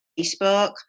Facebook